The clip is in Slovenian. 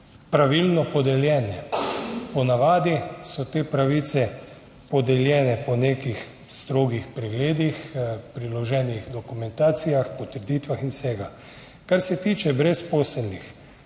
pravilno podeljene. Po navadi so te pravice podeljene po nekih strogih pregledih, priloženih dokumentacijah, potrditvah in vsem. Kar se tiče brezposelnih.